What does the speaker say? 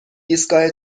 ایستگاه